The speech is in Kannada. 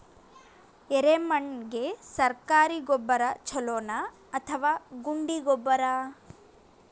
ಎರೆಮಣ್ ಗೆ ಸರ್ಕಾರಿ ಗೊಬ್ಬರ ಛೂಲೊ ನಾ ಅಥವಾ ಗುಂಡಿ ಗೊಬ್ಬರ?